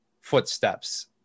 footsteps